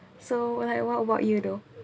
so what about you though